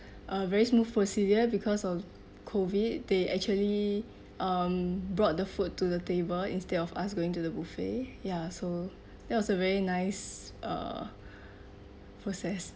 a very smooth procedure because of COVID they actually um brought the food to the table instead of us going to the buffet ya so that was a very nice uh process